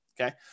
okay